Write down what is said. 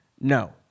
No